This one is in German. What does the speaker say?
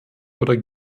oder